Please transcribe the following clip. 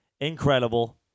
Incredible